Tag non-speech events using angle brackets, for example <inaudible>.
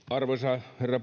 <unintelligible> arvoisa herra